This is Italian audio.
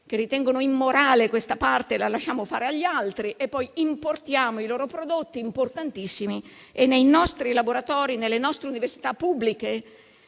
che ritengono immorale questa parte, la lasciamo fare agli altri) e poi importiamo i loro prodotti importantissimi e nei nostri laboratori e nelle nostre università pubbliche